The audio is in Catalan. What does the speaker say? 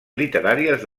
literàries